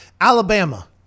Alabama